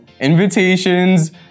invitations